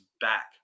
back